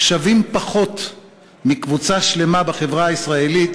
שווים פחות מקבוצה שלמה בחברה הישראלית,